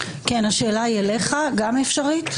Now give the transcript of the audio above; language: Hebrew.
כן, השאלה היא אליך, גם אפשרית?